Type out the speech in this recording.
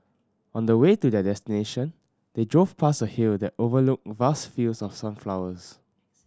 on the way to their destination they drove past a hill that overlooked vast fields of sunflowers